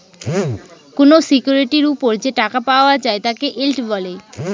কোনো সিকিউরিটির ওপর যে টাকা পাওয়া যায় তাকে ইল্ড বলে